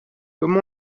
comme